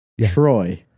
Troy